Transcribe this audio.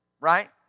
Right